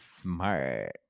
smart